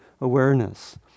awareness